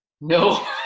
no